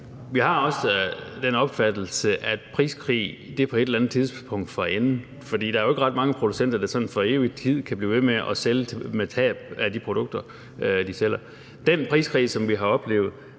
vi har også den opfattelse, at priskrigen på et eller andet tidspunkt får en ende. For der er jo ikke ret mange producenter, der sådan for evig tid kan blive ved med at sælge med tab af de produkter, som de sælger. Den priskrig, som vi har oplevet,